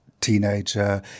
teenager